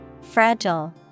Fragile